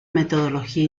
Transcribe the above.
metodología